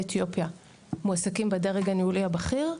אתיופיה מועסקים בדרג הניהולי הבכיר,